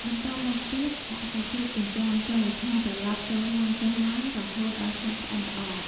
បន្ទាប់មកទៀត ដាក់សាច់ជ្រូកចិញ្ច្រាំចូល ឆាត្រឡប់ចុះឡើងៗ រហូតដល់សាច់ឆ្អិនល្អ ។